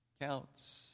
counts